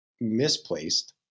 misplaced